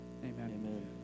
Amen